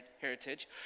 heritage